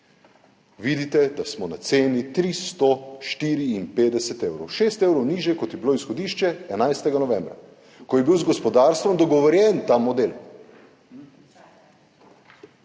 vidite, da smo na ceni 354 evrov, 6 evrov nižje, kot je bilo izhodišče 11. novembra, ko je bil z gospodarstvom dogovorjen ta model.